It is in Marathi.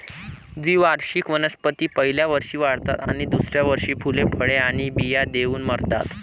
द्विवार्षिक वनस्पती पहिल्या वर्षी वाढतात आणि दुसऱ्या वर्षी फुले, फळे आणि बिया देऊन मरतात